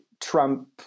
trump